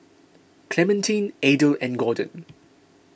Clementine Adel and Gordon